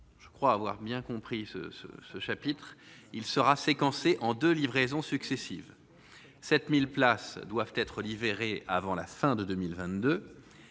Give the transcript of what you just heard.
Je crois avoir bien compris ce ce ce chapitre il sera séquencé en 2 livraisons successives 7000 places doivent être livrés avant la fin de 2000